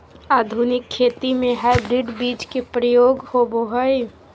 आधुनिक खेती में हाइब्रिड बीज के प्रयोग होबो हइ